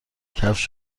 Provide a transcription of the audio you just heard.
کفش